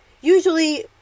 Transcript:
usually